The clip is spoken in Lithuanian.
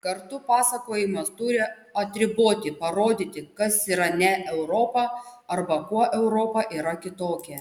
kartu pasakojimas turi atriboti parodyti kas yra ne europa arba kuo europa yra kitokia